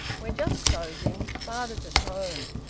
we're just closing. father's at home.